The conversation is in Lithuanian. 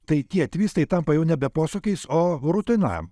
tai tie trys tai tampa jau nebe posūkiais o rutina